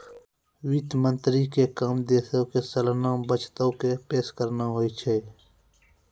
वित्त मंत्री के काम देशो के सलाना बजटो के पेश करनाय होय छै